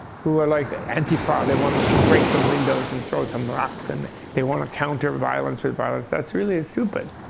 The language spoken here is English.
who are like ah antifa. antifa. they wanted to break some windows and throw some rocks. and they want to counter violence with violence. that's really stupid.